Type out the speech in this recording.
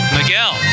Miguel